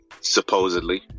Supposedly